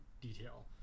detail